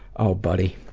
oh buddy,